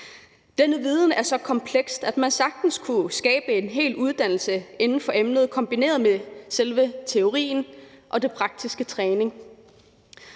Den viden er så kompleks, at man sagtens kunne skabe en hel uddannelse inden for emnet, kombineret med selve teorien og den praktiske træning.